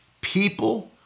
people